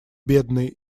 бедные